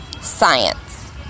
science